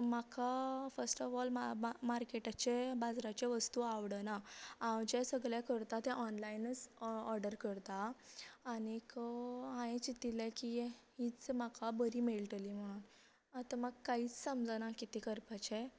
म्हाका first of all मा मा मार्केटाचे बाजाराचे वस्तू आवडना हांव जे सगलें करता तें ऑनलायनूच ऑर्डर करतां आनीक हाये चितिल्ले की हीच्च म्हाका बरी मेळटली म्हणून आता म्हाका कांयच समजना कितें करपाचे